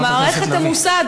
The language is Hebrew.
המערכת עמוסה,